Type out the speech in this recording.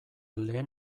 lehen